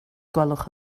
gwelwch